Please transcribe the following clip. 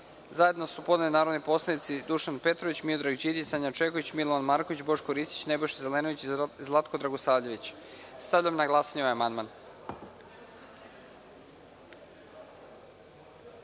zajedno su podneli narodni poslanici Dušan Petrović, Miodrag Đidić, Sanja Čeković, Milovan Marković, Boško Ristić, Nebojša Zelenović i Zlatko Dragosavljević. Stavljam na glasanje ovaj